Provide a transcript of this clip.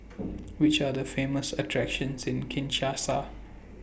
Which Are The Famous attractions in Kinshasa